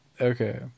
okay